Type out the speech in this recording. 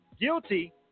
Guilty